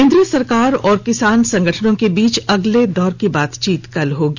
केन्द्र सरकार और किसान संगठनों के बीच अगले दौर की बातचीत कल होगी